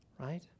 right